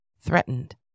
threatened